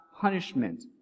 punishment